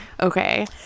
Okay